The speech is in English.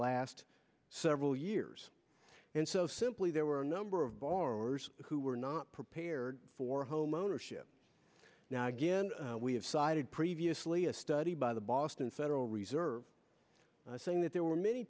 last several years and so simply there were a number of borrowers who were not prepared for homeownership now again we have sided previously a study by the boston federal reserve saying that there were many